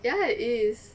ya it is